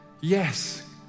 yes